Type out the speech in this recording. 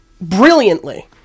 brilliantly